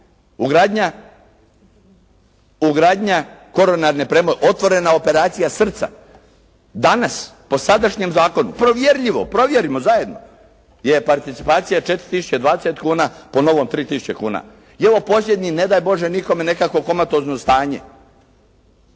Ugradnja, otvorena operacija srca. Danas po sadašnjem zakonu provjerljivo, provjerimo zajedno, je participacija 4.020,00 kuna, po novom 3.000,00 kuna. I imamo posljednje, ne daj Bože nikome, nekakvo komatozno stanje,